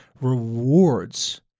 rewards